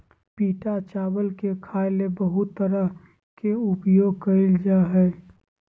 पिटा चावल के खाय ले बहुत तरह से उपयोग कइल जा हइ